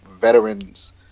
veterans